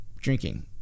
drinking